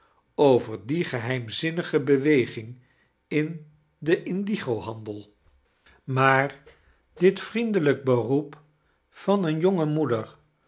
over die geheimzinnige bewegiug in den indigo-handel maar dit vriendelijk beroep van eene jonge moeder